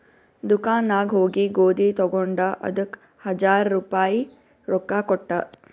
ದುಕಾನ್ ನಾಗ್ ಹೋಗಿ ಗೋದಿ ತಗೊಂಡ ಅದಕ್ ಹಜಾರ್ ರುಪಾಯಿ ರೊಕ್ಕಾ ಕೊಟ್ಟ